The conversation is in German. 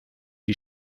die